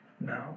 no